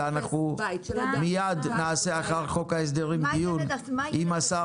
אלא אנחנו מיד נעשה אחר חוק ההסדרים דיון עם השר